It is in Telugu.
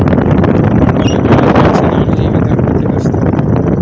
పంటలో వ్యాధి లక్షణాలు ఏ విధంగా తెలుస్తయి?